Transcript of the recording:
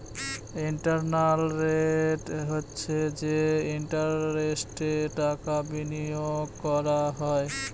internal rate হচ্ছে যে ইন্টারেস্টে টাকা বিনিয়োগ করা হয়